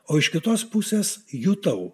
o iš kitos pusės jutau